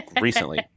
recently